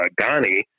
Ghani